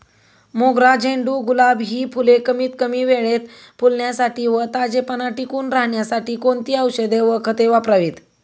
मोगरा, झेंडू, गुलाब हि फूले कमीत कमी वेळेत फुलण्यासाठी व ताजेपणा टिकून राहण्यासाठी कोणती औषधे व खते वापरावीत?